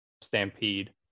Stampede